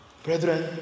Brethren